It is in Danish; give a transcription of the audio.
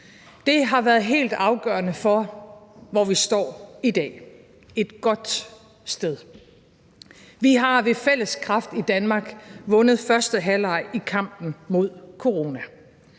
Det har været helt afgørende for, hvor vi står i dag, nemlig et godt sted. Vi har ved fælles kraft i Danmark vundet første halvleg i kampen mod corona.